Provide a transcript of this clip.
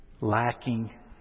Lacking